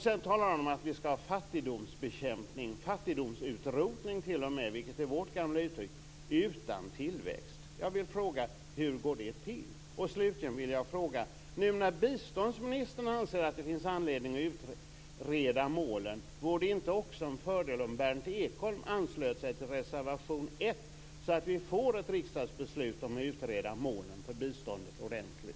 Sedan talar han om fattigdomsbekämpning, t.o.m. fattigdomsutrotning - vilket är vårt gamla uttryck - utan tillväxt. Hur går det till? Nu när biståndsministern anser att det finns anledning att utreda målen, vore det inte en fördel om Berndt Ekholm anslöt sig till reservation 1 så att vi får ett riksdagsbeslut om att utreda målen för biståndet ordentligt?